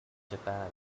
japan